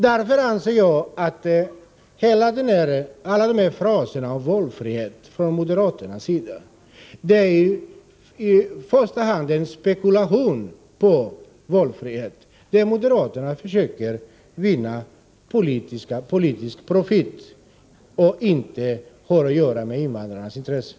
Jag anser att alla dessa fraser om valfrihet från moderaternas sida i första hand är en spekulation i valfrihet, där moderaterna försöker vinna politisk profit, men som inte har att göra med invandrarnas intressen.